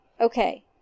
Okay